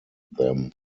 them